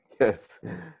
Yes